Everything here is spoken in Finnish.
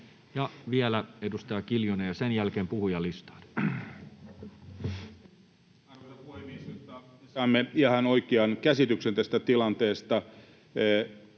vielä edustaja Kiljunen, ja sen jälkeen puhujalistaan. Arvoisa puhemies! Jotta saamme ihan oikean käsityksen tästä tilanteesta: